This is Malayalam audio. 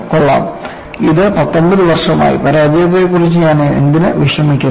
കൊള്ളാം ഇത് 19 വർഷമായി പരാജയത്തെക്കുറിച്ച് ഞാൻ എന്തിന് വിഷമിക്കുന്നു